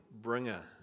bringer